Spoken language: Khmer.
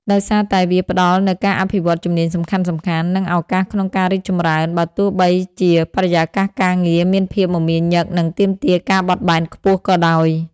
ដោយសារតែវាផ្ដល់នូវការអភិវឌ្ឍជំនាញសំខាន់ៗ និងឱកាសក្នុងការរីកចម្រើន បើទោះបីជាបរិយាកាសការងារមានភាពមមាញឹក និងទាមទារការបត់បែនខ្ពស់ក៏ដោយ។